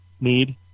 need